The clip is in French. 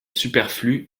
superflu